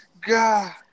God